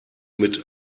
mit